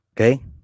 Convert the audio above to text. Okay